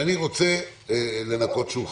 ואני רוצה לנקות שולחן.